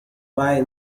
buy